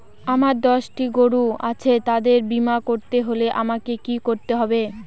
আমার দশটি গরু আছে তাদের বীমা করতে হলে আমাকে কি করতে হবে?